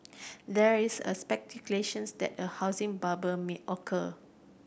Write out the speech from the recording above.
there is a speculation that a housing bubble may occur